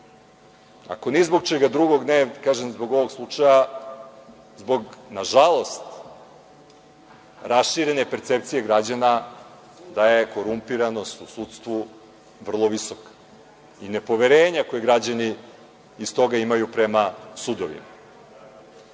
ako ni zbog čega dugog, ne kažem zbog ovog slučaja, zbog na žalost raširene percepcije građana da je korumpiranost u sudstvu vrlo visoka i nepoverenja koje građani iz toga imaju prema sudovima. Naravno,